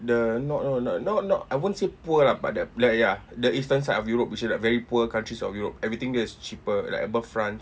the know not not not not not I won't said poor lah bu~ but that ya ya the eastern side of europe we should have a poor countries of europe everything there is cheaper right above france